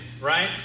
Right